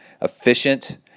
efficient